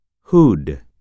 Hood